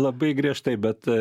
labai griežtai bet